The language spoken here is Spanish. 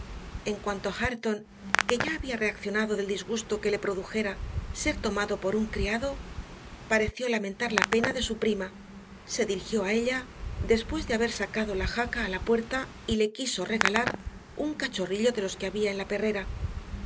en cuanto a hareton que ya había reaccionado del disgusto que le produjera ser tomado por un criado pareció lamentar la pena de su prima se dirigió a ella después de haber sacado la jaca a la puerta y le quiso regalar un cachorrillo de los que había en la perrera